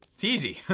it's easy,